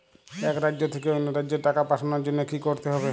এক রাজ্য থেকে অন্য রাজ্যে টাকা পাঠানোর জন্য কী করতে হবে?